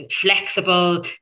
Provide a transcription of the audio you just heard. flexible